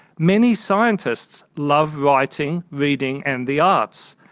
many scientists love writing, reading and the arts.